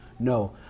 No